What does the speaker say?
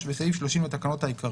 תיקון סעיף 30 בסעיף 30 לתקנות העיקריות,